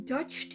Dutch